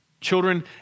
Children